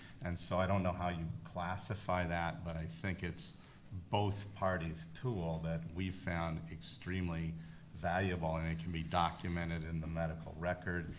and so i don't how you'd classify that, but i think it's both parties' tool that we found extremely valuable. and it could be documented in the medical record.